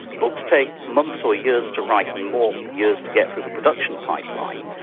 books take months or years to write and more years to get through the production pipeline.